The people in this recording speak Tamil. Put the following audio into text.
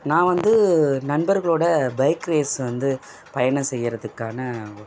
நான் வந்து நண்பர்களோடு பைக் ரேஸ் வந்து பயணம் செய்கிறதுக்கான